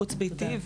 של החוץ-ביתי,